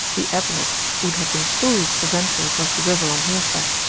the abreks would have been fools to venture across the river on horseback.